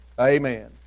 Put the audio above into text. Amen